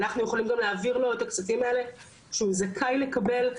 אנחנו יכולים גם להעביר לו את הכספים האלה שהוא זכאי לקבל,